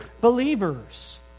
believers